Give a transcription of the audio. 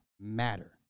matter